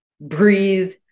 breathe